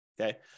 okay